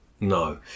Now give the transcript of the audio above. no